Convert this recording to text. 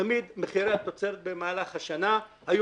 תמיד מחירי התוצרת במהלך השנה היו